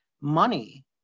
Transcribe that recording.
money